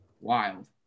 wild